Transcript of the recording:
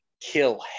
kill